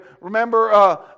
remember